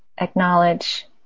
acknowledge